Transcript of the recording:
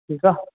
ठीकु आहे